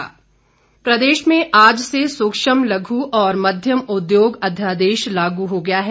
अध्यादेश प्रदेश में आज से सूक्ष्म लघ् और मध्यम उद्योग अध्यादेश लागू हो गया है